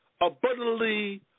Abundantly